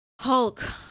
Hulk